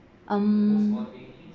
um